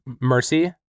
mercy